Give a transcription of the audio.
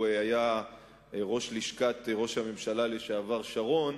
והוא היה ראש לשכת ראש הממשלה לשעבר שרון.